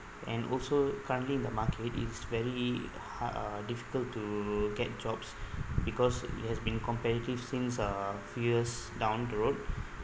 and also currently in the market it is very hard uh difficult to get jobs because it has been competitive since a few years down the road